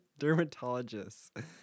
Dermatologists